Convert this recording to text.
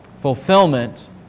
fulfillment